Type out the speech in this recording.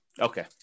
Okay